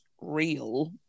real